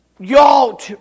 Y'all